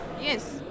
Yes